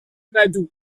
nadu